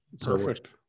Perfect